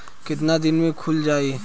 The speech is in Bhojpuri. कितना दिन में खुल जाई?